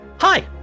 Hi